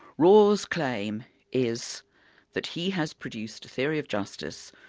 rawls' claim is that he has produced a theory of justice,